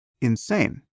insane